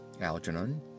Algernon